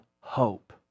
hope